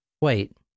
Wait